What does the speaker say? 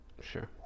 Sure